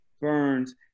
burns